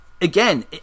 again